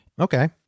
Okay